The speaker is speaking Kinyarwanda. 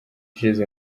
ishize